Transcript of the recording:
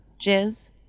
Jizz